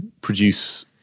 produce